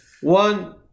one